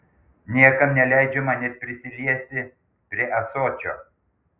niekam neleidžiama net prisiliesti prie ąsočio